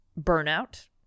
burnout